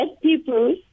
people